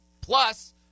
Plus